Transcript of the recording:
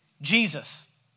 Jesus